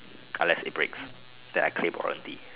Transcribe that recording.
unless it breaks then I claim warranty